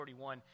41